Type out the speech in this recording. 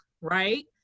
right